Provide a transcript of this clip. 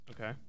Okay